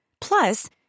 Plus